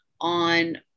on